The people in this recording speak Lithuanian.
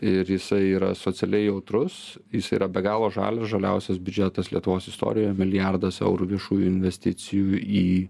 ir jisai yra socialiai jautrus jis yra be galo žalias žaliausias biudžetas lietuvos istorijoj milijardas eurų viešųjų investicijų į